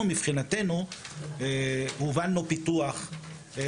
אנחנו מבחינתנו הובלנו פיתוח של כלי,